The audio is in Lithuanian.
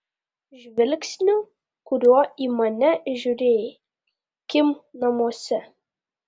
žvilgsniu kuriuo į mane žiūrėjai kim namuose